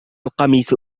القميص